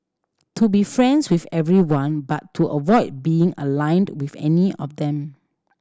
to be friends with everyone but to avoid being aligned with any of them